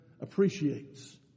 appreciates